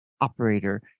operator